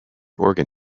organ